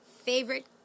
Favorite